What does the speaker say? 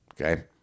Okay